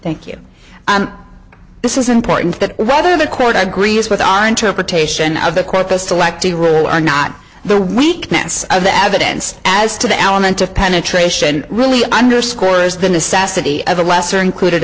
thank you this is important that whether the quote i agree is with our interpretation of the quote the selectee rule are not the weakness of the evidence as to the element of penetration really underscores the necessity of a lesser included